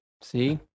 See